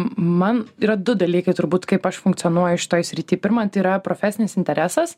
man yra du dalykai turbūt kaip aš funkcionuoju šitoj srity pirma tai yra profesinis interesas